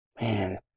Man